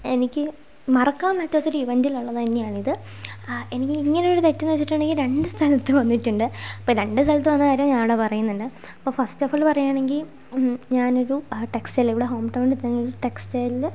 എനിക്ക് മറക്കാൻ പറ്റാത്തൊരു ഇവൻ്റിൽ ഉള്ളത് തന്നെയാണിത് ആഹ് എനിക്ക് ഇങ്ങനെയൊരു തെറ്റെന്ന് വച്ചിട്ടുണ്ടെങ്കിൽ രണ്ട് സ്ഥലത്ത് വന്നിട്ടുണ്ട് അപ്പോൾ രണ്ട് സ്ഥലത്ത് വന്ന കാര്യം ഞാൻ ഇവിടെ പറയുന്നുണ്ട് അപ്പോൾ ഫസ്റ്റ് ഓഫ് ഓൾ പറയുകയാണെങ്കിൽ ഞാനൊരു ആഹ് ടെക്സ്റ്റയിലിൽ ഇവിടെ ഹോം ടൗണിൽ തന്നെയുള്ള ഒരു ടെക്സ്റ്റയിലിൽ